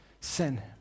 Sin